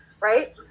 right